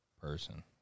person